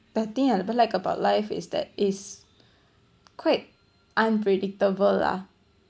the thing I like about life is that it's quite unpredictable lah